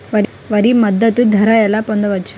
వరి మద్దతు ధర ఎలా పొందవచ్చు?